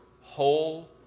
whole